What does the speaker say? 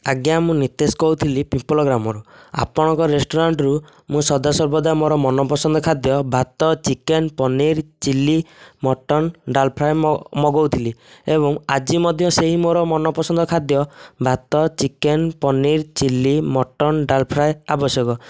ଆଜ୍ଞା ମୁଁ ନିତେଶ କହୁଥିଲି ପିପଳ ଗ୍ରାମରୁ ଆପଣଙ୍କ ରେଷ୍ଟୁରାଣ୍ଟରୁ ମୁଁ ସଦାସର୍ବଦା ମୋର ମନ ପସନ୍ଦ ଖାଦ୍ୟ ଭାତ chicken paneer chilli mutton dal fry ମଗାଉଥିଲି ଏବଂ ଆଜି ମଧ୍ୟ ସେହି ମୋର ମନ ପସନ୍ଦ ଖାଦ୍ୟ ଭାତ chicken paneer chilli mutton dal fry ଆବଶ୍ୟକ